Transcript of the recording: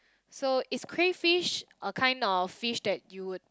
so is crayfish a kind of fish that you would